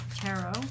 Tarot